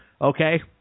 Okay